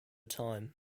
time